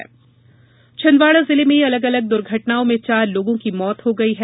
सड़क हादसे छिंदवाड़ा जिले में अलग अलग द्वर्घटना में चार लोगों की मौत हो गई है